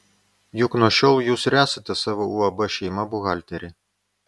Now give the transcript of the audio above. juk nuo šiol jūs ir esate savo uab šeima buhalterė